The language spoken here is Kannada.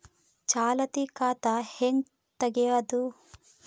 ಚಾಲತಿ ಖಾತಾ ಹೆಂಗ್ ತಗೆಯದು?